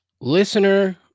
Listener